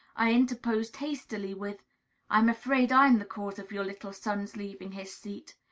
i interposed hastily with i am afraid i am the cause of your little son's leaving his seat.